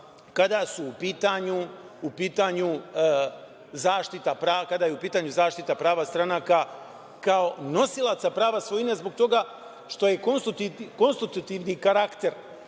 kada su u pitanju zaštita prava stranaka kao nosilaca prava svojine zbog toga što je konstitutivni karakter